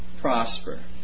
prosper